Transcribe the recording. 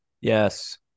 Yes